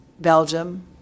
Belgium